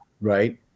right